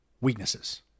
weaknesses